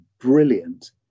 brilliant